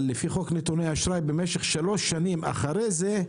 אבל לפי חוק נתוני אשראי, במשך שלוש שנים אחרי זה,